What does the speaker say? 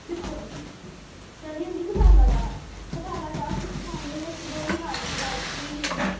दिक्खो जेह्ड़ी होंदी ना मसाला चाह् मसाला चाह् बनाने होने जियां इलायची होई